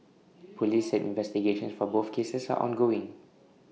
Police said investigations for both cases are ongoing